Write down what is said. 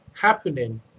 happening